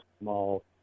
small